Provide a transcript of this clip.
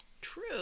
True